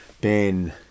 Ben